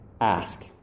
ask